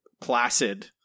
placid